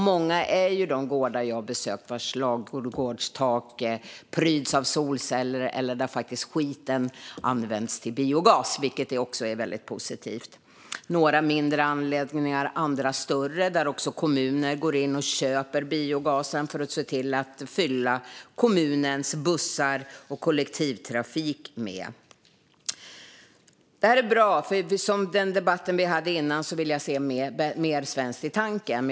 Många är de gårdar jag besökt vars ladugårdstak pryds av solceller eller där skiten faktiskt används till biogas, vilket också är väldigt positivt. Vissa anläggningar är mindre, andra större. Kommuner går också in och köper biogas att fylla kommunens bussar med och använda i kollektivtrafiken. Det här är bra. Som jag sa i föregående debatt vill jag se mer svenskt i tanken.